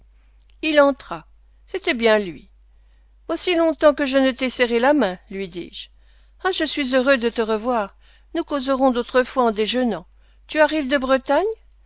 il entra c'était bien lui voici longtemps que je ne t'ai serré la main lui dis-je ah je suis heureux de te revoir nous causerons d'autrefois en déjeunant tu arrives de bretagne